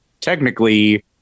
technically